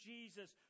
Jesus